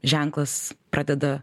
ženklas pradeda